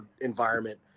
environment